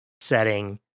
setting